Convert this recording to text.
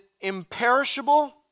imperishable